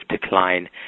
decline